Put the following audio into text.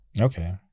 Okay